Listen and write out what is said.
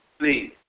Please